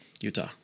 Utah